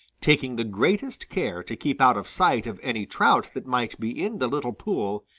taking the greatest care to keep out of sight of any trout that might be in the little pool,